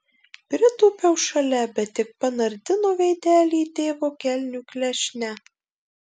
pritūpiau šalia bet tik panardino veidelį į tėvo kelnių klešnę